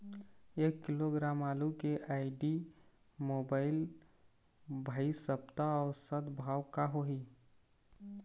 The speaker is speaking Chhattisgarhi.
एक किलोग्राम आलू के आईडी, मोबाइल, भाई सप्ता औसत भाव का होही?